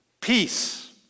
peace